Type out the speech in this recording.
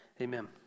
amen